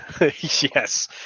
Yes